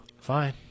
fine